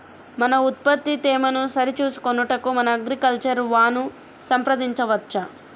మన ఉత్పత్తి తేమను సరిచూచుకొనుటకు మన అగ్రికల్చర్ వా ను సంప్రదించవచ్చా?